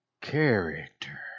character